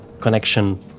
connection